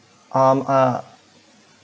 um uh